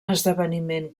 esdeveniment